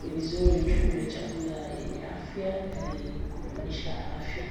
ni vizuri tule chakula yenye afya ili kudumisha afya.